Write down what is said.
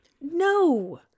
No